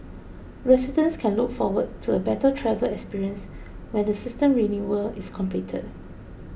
residents can look forward to a better travel experience when the system renewal is completed